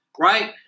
Right